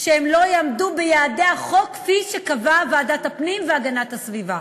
שהם לא יעמדו ביעדי החוק כפי שקבעה ועדת הפנים והגנת הסביבה.